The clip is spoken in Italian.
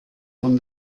con